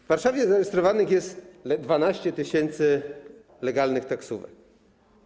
W Warszawie zarejestrowanych jest 12 tys. legalnych taksówek.